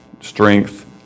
strength